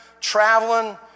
traveling